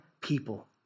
people